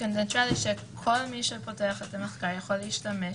נייטרלי שכל מי שפותח את המחקר יוכל להשתמש